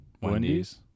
Wendy's